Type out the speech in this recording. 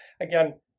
again